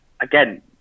again